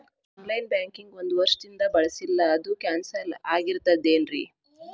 On line banking ಒಂದ್ ವರ್ಷದಿಂದ ಬಳಸಿಲ್ಲ ಅದು ಕ್ಯಾನ್ಸಲ್ ಆಗಿರ್ತದೇನ್ರಿ?